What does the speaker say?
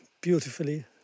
Beautifully